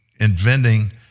inventing